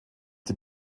die